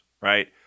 right